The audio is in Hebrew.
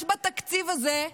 יש בתקציב הזה,